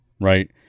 right